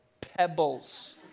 Pebbles